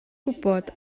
gwybod